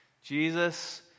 Jesus